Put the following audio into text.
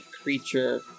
creature